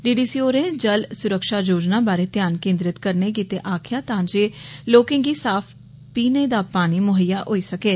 D D C होरें जल सुरक्षा योजना बारै ध्यान केन्द्रित करने गित्ते आक्खेआ तां जे लोकें गी साफ पीने दा पानी मुहैईयां होई सकै